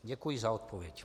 Děkuji za odpověď.